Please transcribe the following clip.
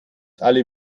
alle